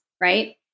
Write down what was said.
Right